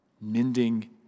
mending